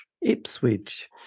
ipswich